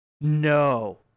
No